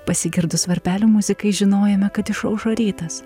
pasigirdus varpelių muzikai žinojome kad išaušo rytas